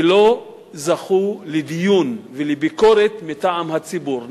ולא זכו לדיון ולביקורת מטעם הציבור.